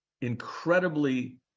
incredibly